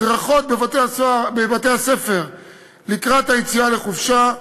הדרכות בבתי-הספר לקראת היציאה לחופשה,